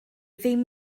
ddim